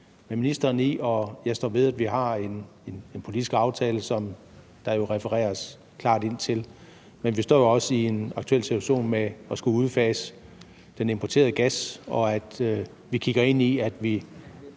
vedvarende energi. Og jeg står ved, at vi har en politisk aftale, som der jo refereres klart til. Men vi står jo også i en aktuel situation, hvor vi skal udfase den importerede gas og vi kigger ind i, at vi